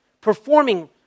performing